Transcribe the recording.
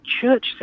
church